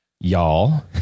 Y'all